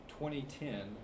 2010